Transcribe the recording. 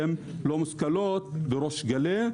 הן לא מושכלות בריש גלי,